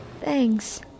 Thanks